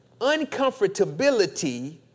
Uncomfortability